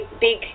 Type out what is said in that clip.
big